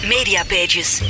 Mediapages